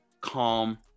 Calm